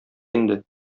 инде